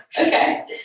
Okay